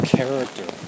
character